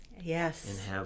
Yes